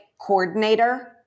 coordinator